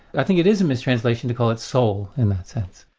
i think it is a mistranslation to call it soul, in that sense.